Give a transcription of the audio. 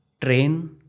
train